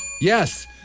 Yes